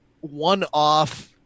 one-off